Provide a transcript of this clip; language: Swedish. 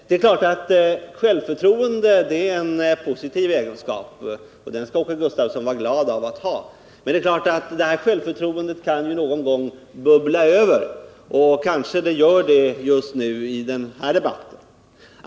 Det är klart att självförtroende är en positiv egenskap — och den skall Åke Gustavsson vara glad över att ha — men detta självförtroende kan någon gång bubbla över, vilket kanske är fallet just nu i denna debatt.